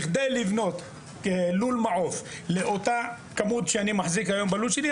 בכדי לבנות לול מעוף לאותה כמות שאני מחזיק היום בלול שלי,